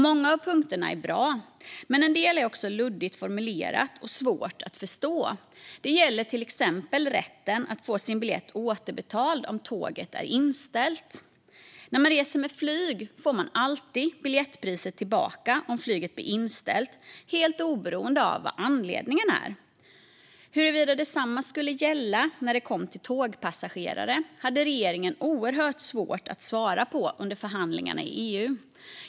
Många av punkterna är bra, men en del är också luddigt formulerade och svåra att förstå. Det gäller till exempel rätten att få sin biljett återbetald om tåget är inställt. När man reser med flyg får man alltid biljettpriset tillbaka om flyget blir inställt, helt oberoende av vad anledningen är. Huruvida detsamma skulle gälla för tågpassagerare hade regeringen oerhört svårt att svara på under förhandlingarna i EU-nämnden.